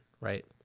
right